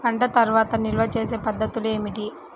పంట తర్వాత నిల్వ చేసే పద్ధతులు ఏమిటి?